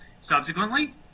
Subsequently